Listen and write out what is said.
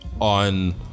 on